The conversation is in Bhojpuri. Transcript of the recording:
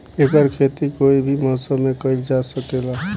एकर खेती कोई भी मौसम मे कइल जा सके ला